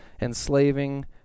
enslaving